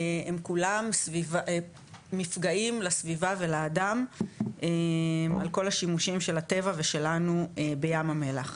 הם כולם מפגעים לסביבה ולאדם על כל השימושים של הטבע ושלנו בים המלח.